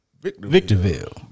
Victorville